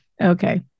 okay